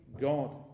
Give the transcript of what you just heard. God